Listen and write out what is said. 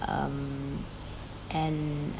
um and